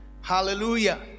hallelujah